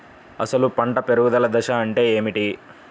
అసలు పంట పెరుగుదల దశ అంటే ఏమిటి?